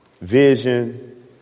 Vision